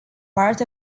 part